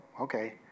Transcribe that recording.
okay